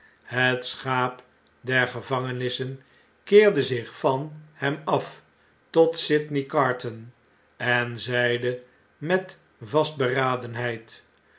het schaap der gevangenissen keerde zich van hem af tot sydney carton en zeide met vastberadenheid